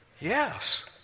Yes